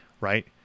Right